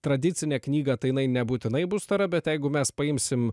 tradicinę knygą tai jinai nebūtinai bus stora bet jeigu mes paimsim